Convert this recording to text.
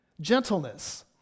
Gentleness